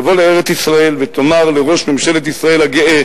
היא תבוא לארץ-ישראל ותאמר לראש ממשלת ישראל הגאה,